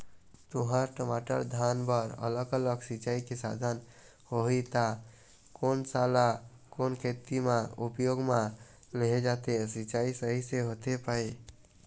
तुंहर, टमाटर, धान बर अलग अलग सिचाई के साधन होही ता कोन सा ला कोन खेती मा उपयोग मा लेहे जाथे, सिचाई सही से होथे पाए?